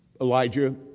Elijah